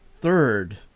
third